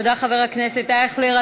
תודה, חבר הכנסת אייכלר.